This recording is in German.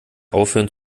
aufhören